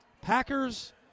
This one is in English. Packers